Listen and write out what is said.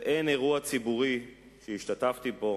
אדוני היושב-ראש, אין אירוע ציבורי שהשתתפתי בו